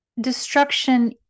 destruction